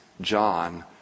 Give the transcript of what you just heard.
John